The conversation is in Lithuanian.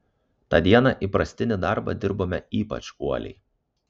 tą dieną įprastinį darbą dirbome ypač uoliai